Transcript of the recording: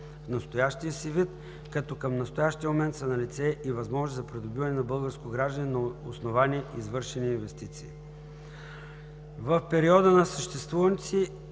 в настоящия си вид, като към настоящия момент са налице и възможности за придобиване на българско гражданство на основания извършени инвестиции. В периода на съществуването си